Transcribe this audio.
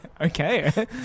okay